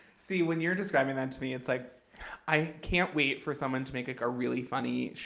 see, when you're describing that to me, it's like i can't wait for someone to make a really funny,